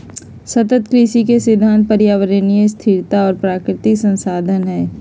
सतत कृषि के सिद्धांत पर्यावरणीय स्थिरता और प्राकृतिक संसाधन हइ